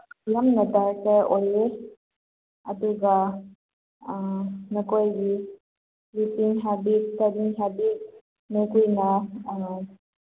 ꯌꯥꯝꯅ ꯗꯔꯀꯥꯔ ꯑꯣꯏꯌꯦ ꯑꯗꯨꯒ ꯅꯈꯣꯏꯒꯤ ꯔꯤꯗꯤꯡ ꯍꯦꯕꯤꯠ ꯏꯁꯇꯗꯤ ꯍꯦꯕꯤꯠ ꯅꯈꯣꯏꯅ